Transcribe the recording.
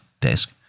desk